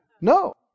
No